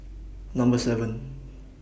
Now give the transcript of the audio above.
Number seven